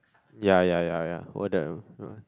ya ya ya ya all that yeah